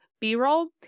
b-roll